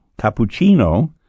Cappuccino